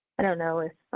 i don't know if,